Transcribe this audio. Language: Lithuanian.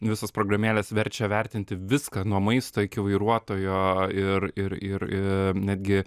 visos programėlės verčia vertinti viską nuo maisto iki vairuotojo ir ir ir ir netgi